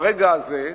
ברגע הזה,